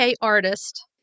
artist